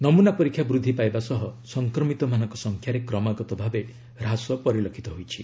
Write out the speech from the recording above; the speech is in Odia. ନମୁନା ପରୀକ୍ଷା ବୃଦ୍ଧି ପାଇବା ସହ ସଂକ୍ରମିତମାନଙ୍କ ସଂଖ୍ୟାରେ କ୍ରମାଗତ ଭାବେ ହ୍ରାସ ପରିଲକ୍ଷିତ ହୋଇଛି